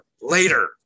later